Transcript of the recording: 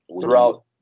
throughout